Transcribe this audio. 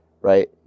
right